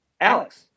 Alex